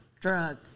drug